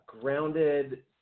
grounded